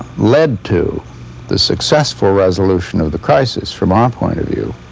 led to the successful resolution of the crisis from our point of view,